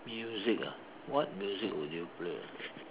music ah what music will you play ah